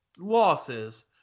losses